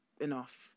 enough